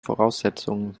voraussetzungen